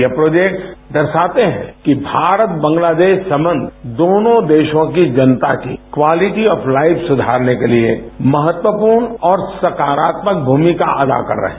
ये प्रोजेक्स दर्शाते है कि भारत बांग्लादेश संबंध दोनों देशों की जनता की क्वालिटी ऑफ लाइफ सुधारने के लिए महत्वपूर्ण और सकारात्मक भूमिका अदा कर रहे है